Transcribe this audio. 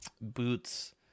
boots